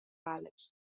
gal·les